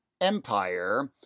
Empire